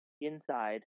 inside